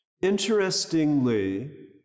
Interestingly